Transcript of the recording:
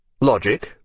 Logic